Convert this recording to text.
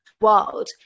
world